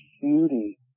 beauty